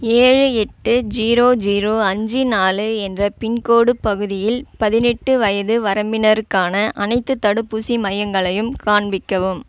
ஏழு எட்டு zero zero அஞ்சு நாலு என்ற பின்கோடு பகுதியில் பதினெட்டு வயது வரம்பினருக்கான அனைத்துத் தடுப்பூசி மையங்களையும் காண்பிக்கவும்